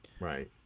right